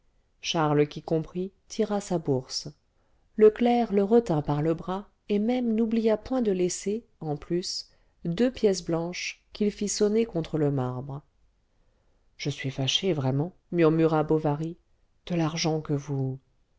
charles qui comprit tira sa bourse le clerc le retint par le bras et même n'oublia point de laisser en plus deux pièces blanches qu'il fit sonner contre le marbre je suis fâché vraiment murmura bovary de l'argent que vous